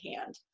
hand